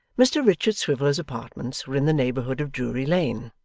mr richard swiveller's apartments were in the neighbourhood of drury lane,